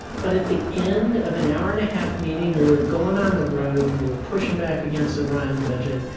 but at the end of an hour-and-a-half meeting, we were going on the road. we were pushing back against the ryan budget.